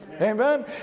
Amen